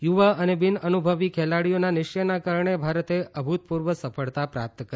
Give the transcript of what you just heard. યુવા અને બિનઅનુભવી ખેલાડીઓના નિશ્વયના કારણે ભારતે અભૂતપૂર્વ સફળતા પ્રાપ્ત કરી